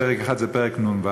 פרק אחד הוא פרק נ"ו,